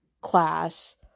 class